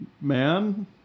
man